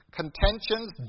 contentions